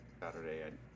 saturday